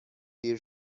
دیر